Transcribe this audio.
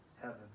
heaven